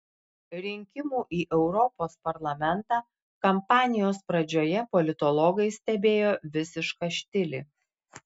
rinkimų į europos parlamentą kampanijos pradžioje politologai stebėjo visišką štilį